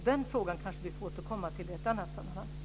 Den frågan får vi återkomma till i ett annat sammanhang.